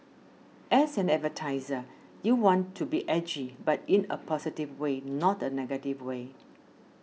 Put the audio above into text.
as an advertiser you want to be edgy but in a positive way not a negative way